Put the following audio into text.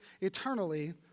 eternally